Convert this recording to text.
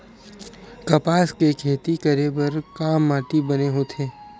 कपास के खेती करे बर का माटी बने होथे?